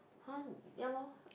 !huh! ya loh